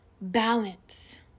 balance